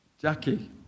Jackie